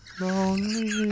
lonely